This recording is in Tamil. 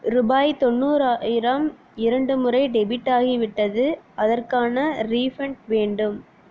ரூபாய் தொண்ணூறாயிரம் இரண்டு முறை டெபிட் ஆகிவிட்டது அதற்கான ரீஃபண்ட் வேண்டும்